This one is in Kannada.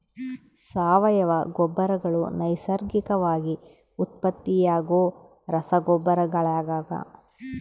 ಸಾವಯವ ಗೊಬ್ಬರಗಳು ನೈಸರ್ಗಿಕವಾಗಿ ಉತ್ಪತ್ತಿಯಾಗೋ ರಸಗೊಬ್ಬರಗಳಾಗ್ಯವ